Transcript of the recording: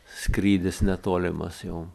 skrydis netolimas jau